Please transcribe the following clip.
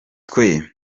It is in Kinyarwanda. twe